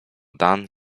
dan